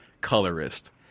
colorist